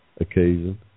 occasion